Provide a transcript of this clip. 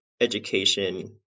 education